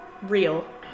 real